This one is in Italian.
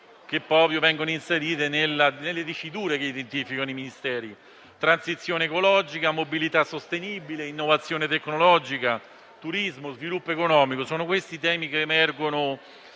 che vengono inserite nelle diciture che li identificano. Transizione ecologica, mobilità sostenibile, innovazione tecnologica, turismo, sviluppo economico: sono questi i temi che emergono